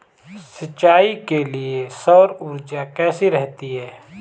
सिंचाई के लिए सौर ऊर्जा कैसी रहती है?